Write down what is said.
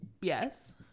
Yes